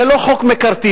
זה לא חוק מקארתיסטי,